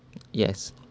yes